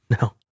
No